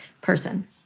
person